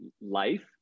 life